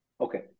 Okay